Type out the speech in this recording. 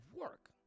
work